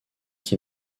qui